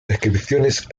descripciones